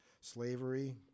slavery